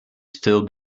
still